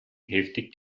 heftig